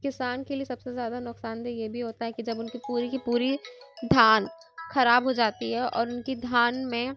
کسان کے لیے سب سے زیادہ نقصان دہ یہ بھی ہوتا ہے کہ جب اُن کی پوری کی پوری دھان خراب ہو جاتی ہے اور اُن کی دھان میں